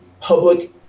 public